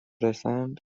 رسند